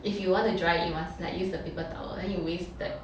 if you want to dry you must use the paper towel then you waste the